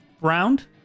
Round